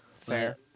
Fair